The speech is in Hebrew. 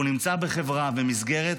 והוא נמצא בחברה ומסגרת,